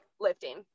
lifting